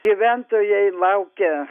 gyventojai laukia